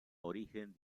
origen